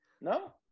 no